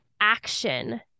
action